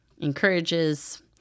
encourages